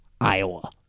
Iowa